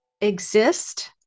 exist